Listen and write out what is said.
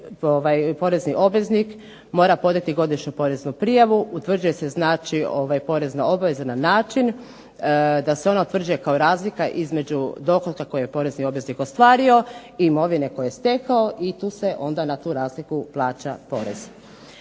porezni obveznik mora podnijeti godišnju poreznu prijavu, utvrđuje se znači porezna obveza na način da se ona utvrđuje kao razlika između dohotka koji je porezni obveznik ostvario i imovine koju je stekao i tu se onda na tu razliku plaća porez.